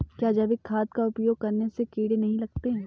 क्या जैविक खाद का उपयोग करने से कीड़े नहीं लगते हैं?